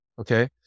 Okay